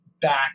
back